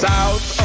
South